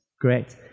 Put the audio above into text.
Great